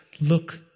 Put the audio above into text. look